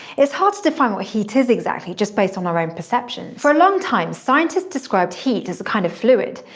it's hard to define what heat is, exactly, just based on our own perceptions. for a long time, scientists described heat as a kind of fluid,